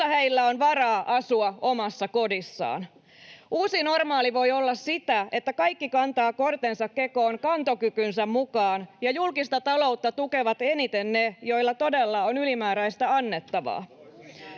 heillä on varaa asua omassa kodissaan. Uusi normaali voi olla sitä, että kaikki kantavat kortensa kekoon kantokykynsä mukaan ja julkista taloutta tukevat eniten ne, joilla todella on ylimääräistä annettavaa.